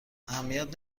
اهمیت